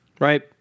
Right